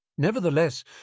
Nevertheless